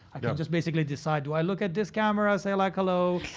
i can just basically decide, do i look at this camera, say, like, hello?